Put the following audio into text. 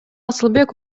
асылбек